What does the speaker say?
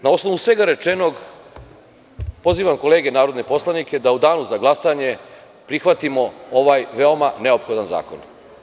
Na osnovu svega rečenog, pozivam kolege narodne poslanike da u danu za glasanje prihvatimo ovaj veoma neophodan zakon.